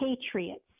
patriots